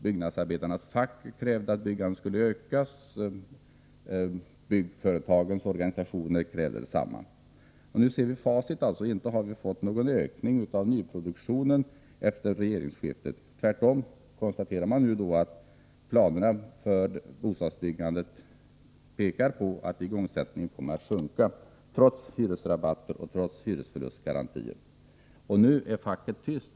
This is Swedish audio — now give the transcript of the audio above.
Byggnadsarbetarnas fack krävde att byggandet skulle öka, det gjorde också byggnadsföretagens organisationer. Men inte har vi fått någon ökning av nyproduktionen efter regeringsskiftet! Tvärtom tyder planerna för bostadsbyggandet på att nyproduktionen kommer att sjunka trots hyresrabatter och hyresförlustgarantier. Men nu är facket tyst.